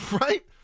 Right